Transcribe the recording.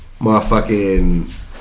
motherfucking